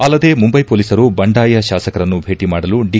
ಅಲ್ಲದೇ ಮುಂಬೈ ಪೊಲೀಸರು ಬಂಡಾಯ ಶಾಸಕರನ್ನು ಭೇಟಿ ಮಾಡಲು ದಿ